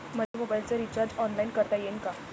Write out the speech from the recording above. मले मोबाईलच recharge online करता येईन का?